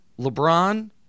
LeBron